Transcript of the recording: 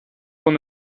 von